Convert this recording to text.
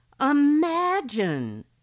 Imagine